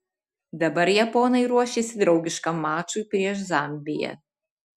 dabar japonai ruošiasi draugiškam mačui prieš zambiją